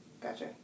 Gotcha